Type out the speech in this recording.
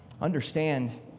understand